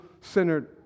centered